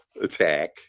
attack